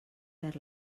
perd